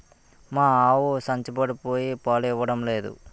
మా ఆవు సంచపడిపోయి పాలు ఇవ్వడం నేదు